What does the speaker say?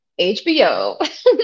hbo